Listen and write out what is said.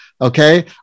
Okay